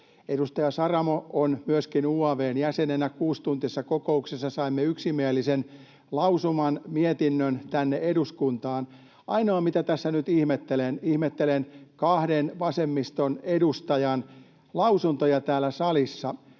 Edustaja Saramo on myöskin UaV:n jäsenenä. Kuusituntisessa kokouksessa saimme yksimielisen mietinnön tänne eduskuntaan. Ainoa, mitä tässä nyt ihmettelen, on kahden vasemmiston edustajan lausunnot täällä salissa.